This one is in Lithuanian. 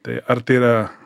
tai ar tai yra